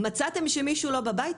מצאתם שמישהו לא בבית?